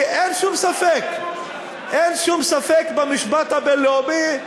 כי אין שום ספק במשפט הבין-לאומי,